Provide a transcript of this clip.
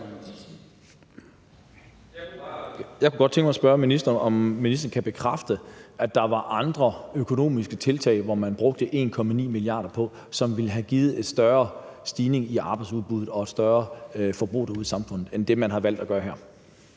Jeg kunne godt tænke mig at spørge ministeren, om ministeren kan bekræfte, at der var andre økonomiske tiltag, som man kunne bruge 1,9 mia. kr. på, og som ville have givet en større stigning i arbejdsudbuddet og et større forbrug derude i samfundet end det, man har valgt at gøre her.